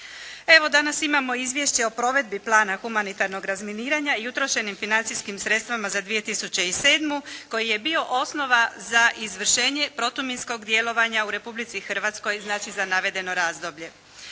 Evo danas imamo izvješće o provedbi plana humanitarnog razminiranja i utrošenim financijskim sredstvima za 2007. koji je bio osnova za izvršenje protuminskog djelovanja u Republici Hrvatskoj, znači za navedeno razdoblje.